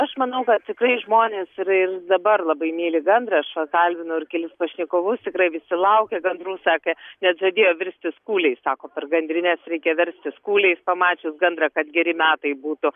aš manau kad tikrai žmonės ir ir dabar labai myli gandrą aš va kalbinau ir kelis pašnekovus tikrai visi laukia gandrų sakė net žadėjo verstis kūliais sako per gandrines reikia verstis kūliais pamačius gandrą kad geri metai būtų